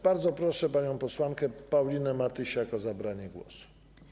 Bardzo proszę panią posłankę Paulinę Matysiak o zabranie głosu.